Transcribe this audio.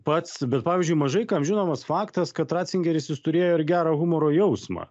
pats bet pavyzdžiui mažai kam žinomas faktas kad ratzingeris jis turėjo ir gerą humoro jausmą